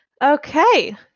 Okay